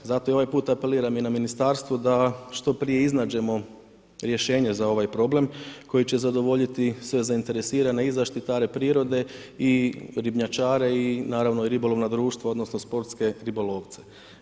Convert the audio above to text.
Zato i ovaj puta apeliram i na ministarstvo da što prije iznađemo rješenje za ovaj problem koji će zadovoljiti sve zainteresirane, i zaštitare prirode i ribnjačare i naravno ribolovna društva odnosno sportske ribolovce.